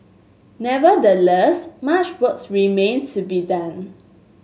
nevertheless much work remains to be done